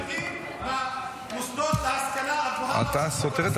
אני מרוצה מהלימודים במוסדות להשכלה הגבוהה ברשות הפלסטינית.